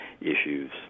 issues